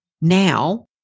Now